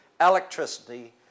electricity